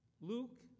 Luke